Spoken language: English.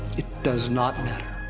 it does not matter.